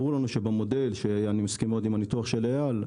אני מסכים מאוד עם הניתוח של אייל,